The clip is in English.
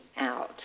out